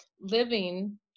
living